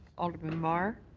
alderman mar.